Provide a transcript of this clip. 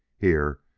here,